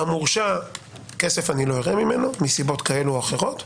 אני לא אראה ממנו כסף מסיבות כאלה ואחרות,